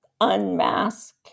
unmask